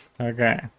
Okay